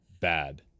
Bad